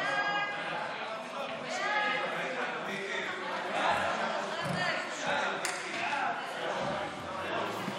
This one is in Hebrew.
ההצעה להעביר לוועדת הכספים את הצעת